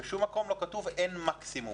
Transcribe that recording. בשום מקום לא כתוב: אין מקסימום.